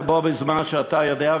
זה בו-בזמן שאתה יודע,